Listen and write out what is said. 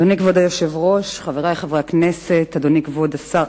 אדוני היושב-ראש,